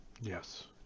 Yes